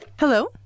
Hello